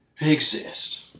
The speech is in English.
exist